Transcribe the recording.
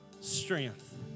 strength